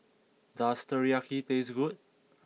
does Teriyaki taste good